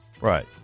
Right